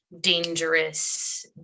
dangerous